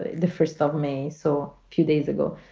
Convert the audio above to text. the first of me so few days ago.